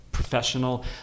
professional